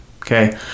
okay